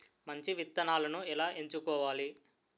మంచి విత్తనాలను ఎలా ఎంచుకోవాలి?